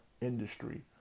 industry